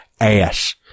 ass